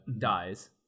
dies